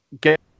get